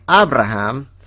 Abraham